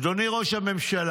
אדוני ראש הממשלה,